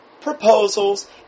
proposals